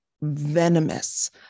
venomous